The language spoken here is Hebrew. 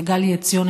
לגלי עציון,